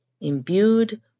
imbued